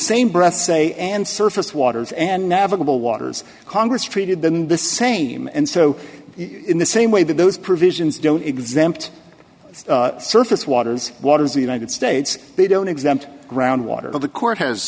same breath say and surface waters and navigable waters congress treated than the same and so in the same way that those provisions don't exempt surface waters waters the united states they don't exempt groundwater the court has